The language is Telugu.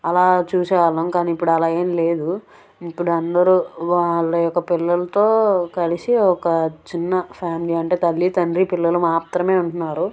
అలా చూసేవాళ్ళం కానీ ఇప్పుడు అలా ఏం లేదు ఇప్పుడు అందరూ వాళ్ళ యొక్క పిల్లలతో కలిసి ఒక చిన్న ఫ్యామిలీ అంటే తల్లీ తండ్రీ పిల్లలు మాత్రమే ఉంటున్నారు